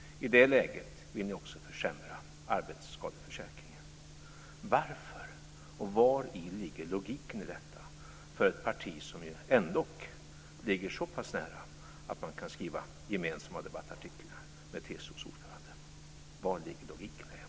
I det läget vill ni också försämra arbetsskadeförsäkringen. Varför? Vari ligger logiken i detta för ett parti som ändock ligger så pass nära att man kan skriva gemensamma debattartiklar med TCO:s ordförande? Var ligger logiken, Leijonborg?